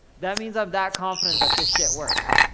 that means i'm that confident that this shit works.